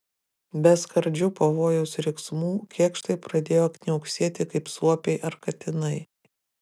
be skardžių pavojaus riksmų kėkštai pradėjo kniauksėti kaip suopiai ar katinai